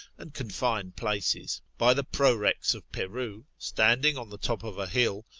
and confine places, by the prorex of peru, standing on the top of a hill,